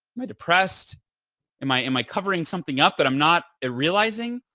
am i depressed? am i am i covering something up that i'm not ah realizing?